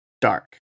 dark